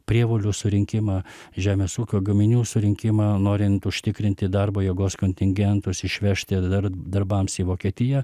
prievolių surinkimą žemės ūkio gaminių surinkimą norint užtikrinti darbo jėgos kontingentus išvežti ar dar darbams į vokietiją